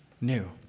new